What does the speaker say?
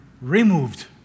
removed